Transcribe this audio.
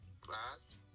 Glass